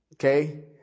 Okay